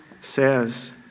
says